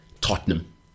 Tottenham